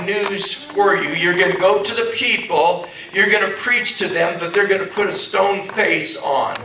news for you you're going to go to the people you're going to preach to them that they're going to put a stone face on